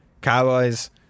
Cowboys